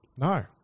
No